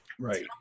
right